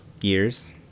Years